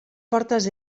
portes